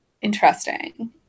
interesting